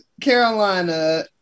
Carolina